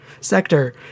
sector